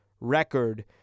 Record